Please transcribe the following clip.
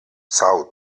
são